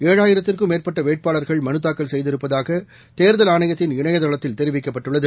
ஏழாயிரத்திற்கும் மேற்பட்டவேட்பாளர்கள் மலுதாக்கல் செய்திருப்பதாகதேர்தல் ஆணையத்தின் இணையதளத்தில் தெரிவிக்கப்பட்டுள்ளது